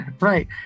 Right